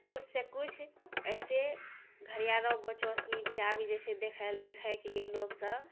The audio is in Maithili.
किछुसँ किछु एहिसँ घरियारो बच्चो सनि भी आबि जाइ छै देखै देखैके लिए लोक सभ